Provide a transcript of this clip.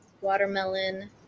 watermelon